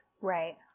Right